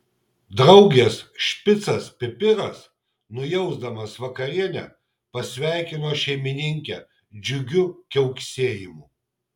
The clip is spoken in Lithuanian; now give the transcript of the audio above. draugės špicas pipiras nujausdamas vakarienę pasveikino šeimininkę džiugiu kiauksėjimu